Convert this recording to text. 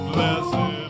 Blessed